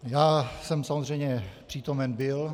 Já jsem samozřejmě přítomen byl.